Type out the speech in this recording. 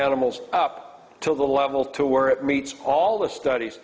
animals up to the level to where it meets all the studies